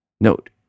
Note